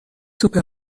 سوپر